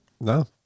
No